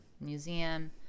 museum